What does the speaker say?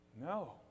no